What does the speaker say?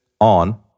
on